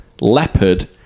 leopard